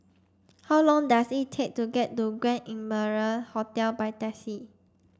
how long does it take to get to Grand Imperial Hotel by taxi